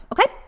Okay